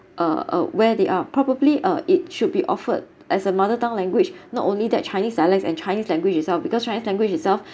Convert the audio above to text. uh uh where they are probably uh it should be offered as a mother tongue language not only that chinese dialects and chinese language itself because chinese language itself